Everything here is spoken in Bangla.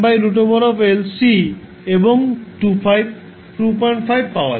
একইভাবে এবং 25 পাওয়া যায়